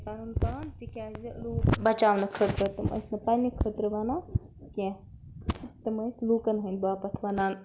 پَنُن پان تِکیٛازِ لوٗکھ چھِ بَچاونہٕ خٲطرٕ تِم ٲسۍ نہٕ پَنٕنہِ خٲطرٕ وَنان کیٚنٛہہ تِم ٲسۍ لوٗکَن ہٕنٛدِ باپَتھ وَنان